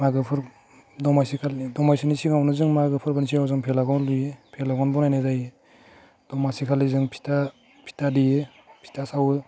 मागोफोर दमासि खालि दमासिनि सिगाहावनो जों मागो फोरबोनि सायाव जों भेलागन लुयो भेलागर बनायनाय जायो दमासि खालि जों फिथा फिथा देयो फिथा सावो